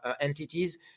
entities